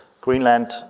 Greenland